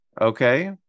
Okay